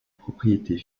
propriétés